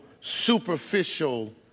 superficial